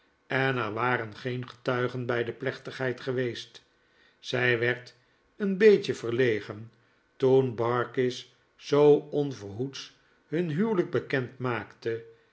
en er waren geen getuigen bij de plechtigheid geweest zij werd een beetje verlegen toen barkis zoo onverhoeds hun huwelijk bekend maakte